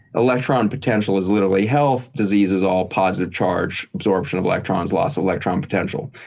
electron potential is literally health. disease is all positive charge absorption of electrons, loss electron potential.